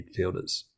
midfielders